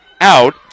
out